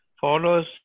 follows